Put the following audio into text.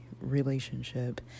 relationship